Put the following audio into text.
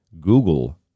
Google